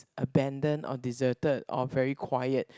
abandon or deserted or very quiet